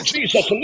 Jesus